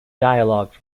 dialogue